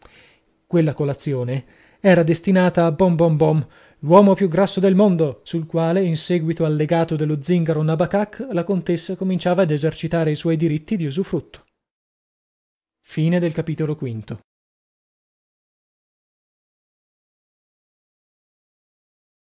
quella colazione era destinata a boo boom bom l'uomo più grasso del mondo sul quale in seguito al legato dello zingaro nabakak la contessa cominciava ad esercitare i suoi diritti di usufrutto